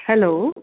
hello